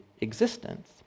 existence